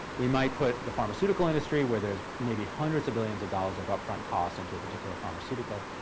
we might put the pharmaceutical industry, where there's maybe hundreds of billions of dollars of upfront cost into a particular pharmaceutical.